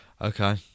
Okay